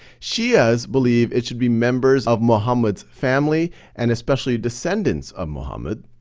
shias believe it should be members of muhammad's family and especially descendants of muhammad,